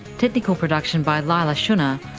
technical production by leila shunnar,